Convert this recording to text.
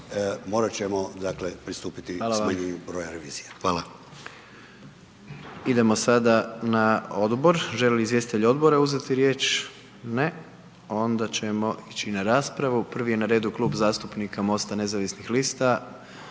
Hvala. **Jandroković, Gordan (HDZ)** Hvala. Idemo sada na odbor. Želi li izvjestitelj odbora uzeti riječ? Ne. Onda ćemo ići na raspravu. Prvi je na redu Klub zastupnika MOST-a nezavisnih lista.